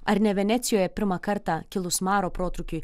ar ne venecijoje pirmą kartą kilus maro protrūkiui